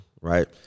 right